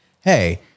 hey